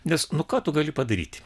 nes nu ką tu gali padaryti